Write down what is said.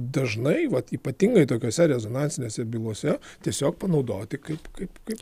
dažnai vat ypatingai tokiose rezonansinėse bylose tiesiog panaudoti kaip kaip kaip